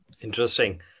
Interesting